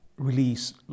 release